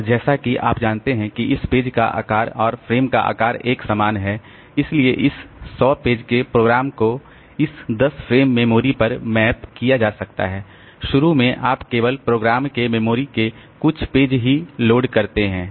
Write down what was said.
और जैसा कि आप जानते हैं कि इस पेज का आकार और फ़्रेम का आकार एक समान है इसलिए इस 100 पेज के प्रोग्राम को इस 10 फ़्रेम मेमोरी पर मैप किया जा सकता है कि शुरू में आप केवल प्रोग्राम के मेमोरी के कुछ पेज ही लोड करते हैं